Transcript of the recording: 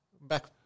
back